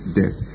death